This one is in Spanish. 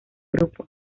grupo